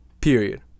period